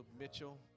Mitchell